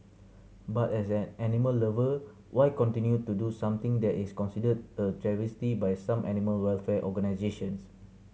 but as an animal lover why continue to do something that is considered a travesty by some animal welfare organisations